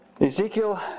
Ezekiel